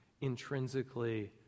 intrinsically